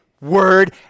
word